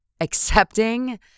accepting